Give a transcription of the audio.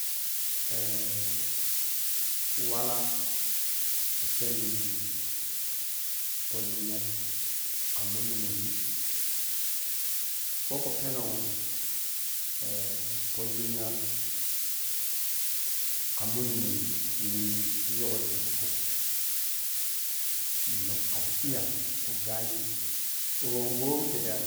wala khu pɛnii poh lenya kha monni-monni ɓou kho pɛnmu poh lenya kha monni-monni tit yu gha taimaka domin hara diya khu ghani ɓou who-who mikke ta